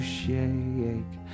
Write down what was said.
shake